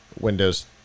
Windows